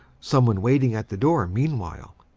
some one waiting at the door meanwhile!